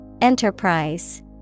Enterprise